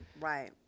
right